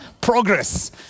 progress